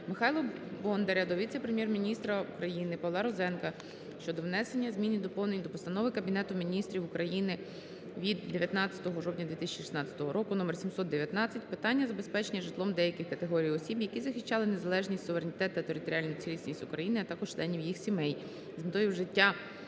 Михайла Бондаря до віце-прем'єр-міністра України Павла Розенка щодо внесення змін і доповнень до Постанови Кабінету Міністрів України від 19 жовтня 2016 номер 719 "Питання забезпечення житлом деяких категорій осіб, які захищали незалежність, суверенітет та територіальну цілісність України, а також членів їх сімей" з метою вжиття